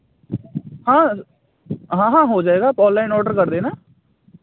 हाँ हाँ हाँ हो जाएगा आप ऑनलाइन ऑडर कर देना